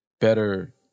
better